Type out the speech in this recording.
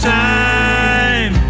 time